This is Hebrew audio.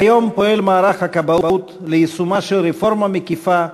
כיום פועל מערך הכבאות ליישומה של רפורמה מקיפה,